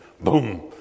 Boom